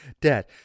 Dad